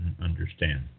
understand